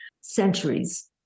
centuries